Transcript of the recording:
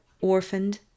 orphaned